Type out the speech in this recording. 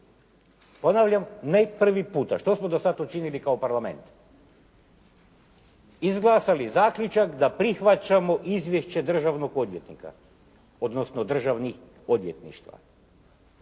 Ponavljam ne prvi puta. Što smo do sada učinili kao Parlament? Izglasali zaključak da prihvaćamo izvješće državnog odvjetnika, odnosno državnih odvjetništva.